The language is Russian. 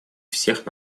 всех